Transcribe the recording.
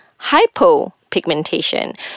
hypopigmentation